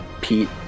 Pete